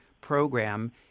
program